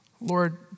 Lord